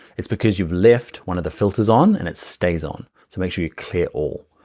it's because you've left one of the filters on and it stays on, so make sure you clear all.